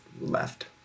left